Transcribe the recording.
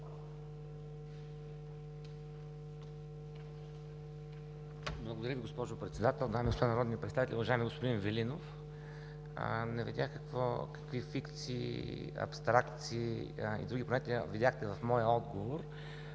Благодаря Ви, госпожо Председател. Дами и господа народни представители, уважаеми господин Велинов! Не видях какви фикции, абстракции и други понятия видяхте в моя отговор,